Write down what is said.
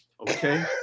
okay